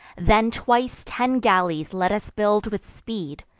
then twice ten galleys let us build with speed,